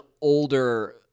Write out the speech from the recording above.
older